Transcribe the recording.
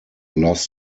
loss